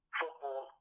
football